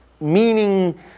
meaning